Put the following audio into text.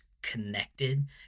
connected